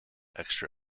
extra